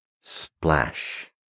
splash